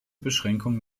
beschränkung